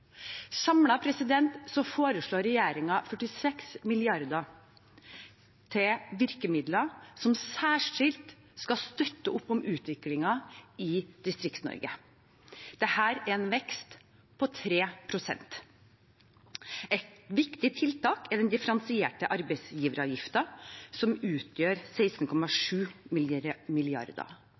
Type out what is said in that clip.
foreslår regjeringen 46 mrd. kr til virkemidler som særskilt skal støtte opp om utviklingen i Distrikts-Norge. Dette er en vekst på 3 pst. Et viktig tiltak er den differensierte arbeidsgiveravgiften, som utgjør 16,7